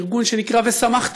ארגון שנקרא "ושמחת".